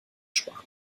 sparen